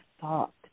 thought